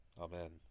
Amen